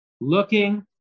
looking